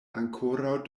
ankoraŭ